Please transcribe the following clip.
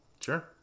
Sure